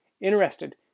interested